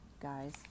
guys